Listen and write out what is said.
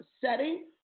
setting